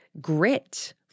grit